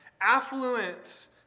affluence